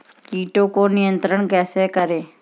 कीट को नियंत्रण कैसे करें?